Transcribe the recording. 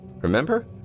Remember